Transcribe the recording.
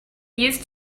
used